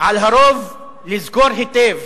על הרוב לזכור היטב